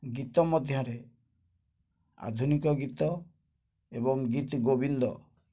ଗୀତ ମଧ୍ୟରେ ଆଧୁନିକ ଗୀତ ଏବଂ ଗୀତ ଗୋବିନ୍ଦ